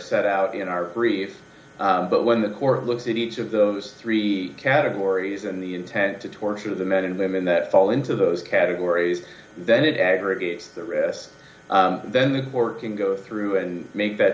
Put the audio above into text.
set out in our brief but when the court looks at each of those three categories and the intent to torture the men and women that fall into those categories then it aggregates the rest then or can go through and make that